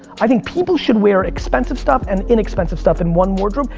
i think people should wear expensive stuff and inexpensive stuff in one wardrobe,